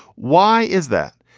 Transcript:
why is that?